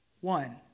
one